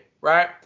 right